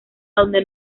donde